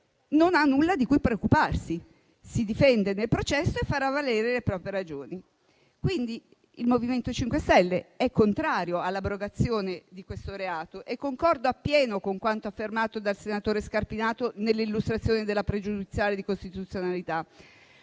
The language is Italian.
non ha nulla di cui preoccuparsi: si difenderà nel processo e farà valere le proprie ragioni. Per questo il MoVimento 5 Stelle è contrario all'abrogazione di tale fattispecie di reato e concorda appieno con quanto affermato dal senatore Scarpinato nell'illustrazione della questione pregiudiziale di costituzionalità.